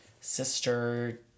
Sister